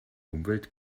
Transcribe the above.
umwelt